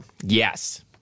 Yes